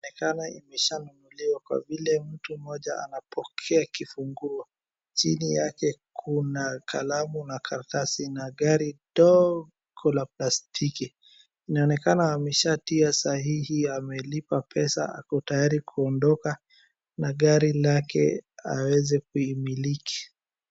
Inaonekana ishala kwa vile mtu mmoja anapokea kifunguo. Chini yake kuna kalamu na karatasi na gari ndogo la plastiki. Inaonekana ameshatia sahihi amelipa pesa ako tayari kuondoka na gari lake aweze kuimiliki.